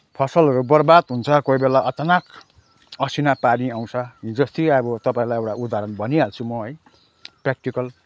फसलहरू बर्बाद हुन्छ कोहीबेला अचानक असिना पानी आउँछ हिजो अस्ति अब तपाईँहरूलाई अब एउटा उदाहरण भनिहाल्छु म है प्र्याक्टिकल